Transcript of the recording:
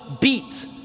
beat